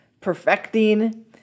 perfecting